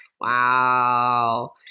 Wow